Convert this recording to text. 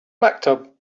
maktub